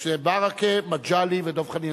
ברכה, מגלי ודב חנין.